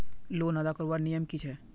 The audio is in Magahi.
लोन अदा करवार नियम की छे?